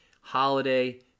holiday